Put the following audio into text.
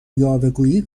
یاوهگویی